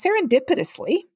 serendipitously